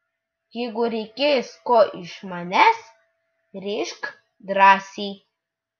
jeigu reikės ko iš manęs rėžk drąsiai